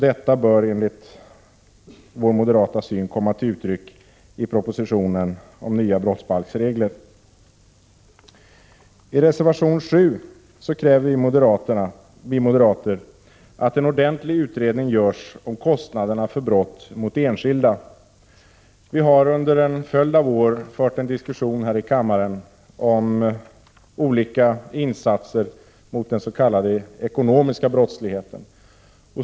Detta bör, enligt vår moderata syn, också komma till uttryck i propositionen om nya brottsbalksregler. I reservation 7 kräver vi moderater att en ordentlig utredning görs om kostnaderna för brott mot enskilda. Vi har under en följd av år fört en diskussion här i kammaren om olika insatser mot den s.k. ekonomiska brottsligheten.